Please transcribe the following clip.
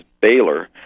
Baylor